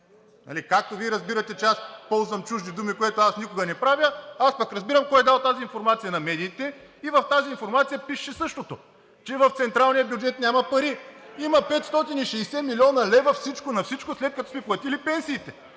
Както Вие разбирате, че аз ползвам чужди думи, което аз никога не правя, аз пък разбирам кой е дал тази информация на медиите и в тази информация пишеше същото – че в централния бюджет няма пари. Има 560 млн. лв. всичко на всичко, след като сме платили пенсиите.